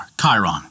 Chiron